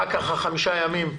אחר כך החמישה ימים,